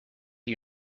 you